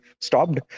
stopped